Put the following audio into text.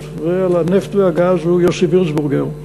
ועל הנפט והגז הוא יוסי וירצבורגר,